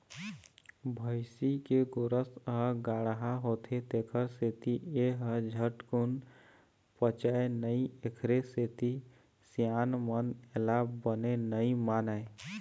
भइसी के गोरस ह गाड़हा होथे तेखर सेती ए ह झटकून पचय नई एखरे सेती सियान मन एला बने नइ मानय